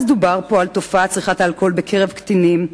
דובר פה על תופעת צריכת אלכוהול בקרב קטינים,